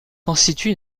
constitue